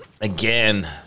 again